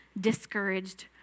discouraged